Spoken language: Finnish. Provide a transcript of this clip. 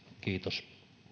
kiitos